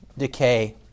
Decay